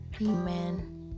Amen